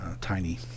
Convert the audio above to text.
Tiny